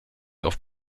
auf